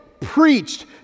preached